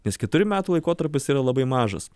nes keturių metų laikotarpis yra labai mažas